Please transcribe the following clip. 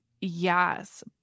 Yes